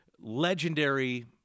legendary